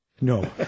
No